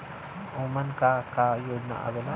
उमन का का योजना आवेला?